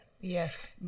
Yes